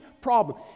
problem